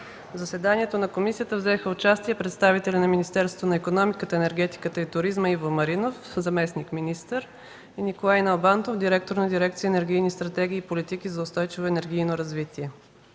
В заседанието на комисията взеха участие представители на Министерството на икономиката, енергетиката и туризма: Иво Маринов – заместник-министър, и Николай Налбантов – директор на дирекция „Енергийни стратегии и политики за устойчиво енергийно развитие”.